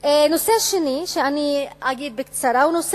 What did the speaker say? נושא שני, שאגיד בקצרה, הוא נושא